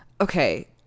Okay